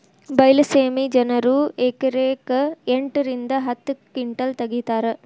ಬೈಲಸೇಮಿ ಜನರು ಎಕರೆಕ್ ಎಂಟ ರಿಂದ ಹತ್ತ ಕಿಂಟಲ್ ತಗಿತಾರ